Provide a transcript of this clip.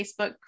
Facebook